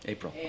April